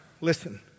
listen